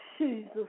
Jesus